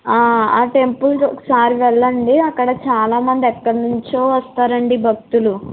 ఆ టెంపుల్ చాలా వెళ్ళండి అక్కడ చాలా మంది ఎక్కడ నుంచో వస్తారండీ భక్తులు